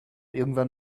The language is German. irgendwann